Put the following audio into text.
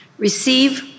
Receive